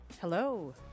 Hello